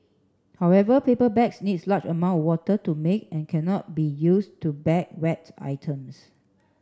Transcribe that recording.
however paper bags need large amount of water to make and cannot be used to bag wet items